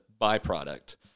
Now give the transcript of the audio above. byproduct